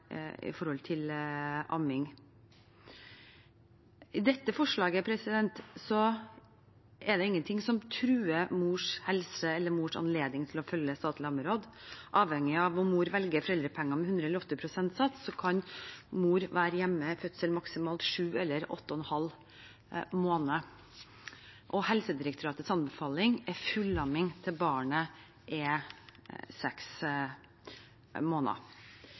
amming. I dette forslaget er det ingenting som truer mors helse eller mors anledning til å følge statlige ammeråd. Avhengig av om mor velger foreldrepenger med 100 pst. eller 80 pst. sats, kan mor være hjemme etter fødsel i maksimalt sju eller åtte og en halv måned. Helsedirektoratets anbefaling er fullamming til barnet er seks måneder.